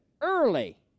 early